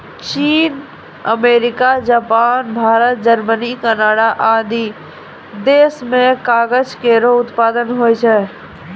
चीन, America, Japan, Bharat, Germany, Canada आदि देस म कागज केरो उत्पादन होय छै